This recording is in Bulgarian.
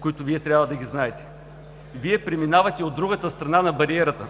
които Вие трябва да ги знаете. Вие преминавате от другата страна на бариерата.